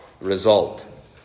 result